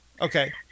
Okay